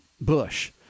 Bush